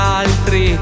altri